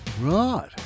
Right